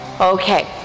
Okay